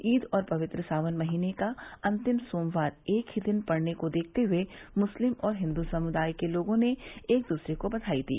ईद और पवित्र सावन महीने का अंतिम सोमवार एक ही दिन पड़ने को देखते हुए मुस्लिम और हिंदु समुदाय के लोगों ने एक दूसरे को बधाई दी